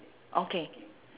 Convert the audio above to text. okay